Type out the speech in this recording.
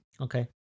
Okay